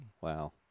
wow